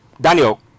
Daniel